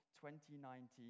2019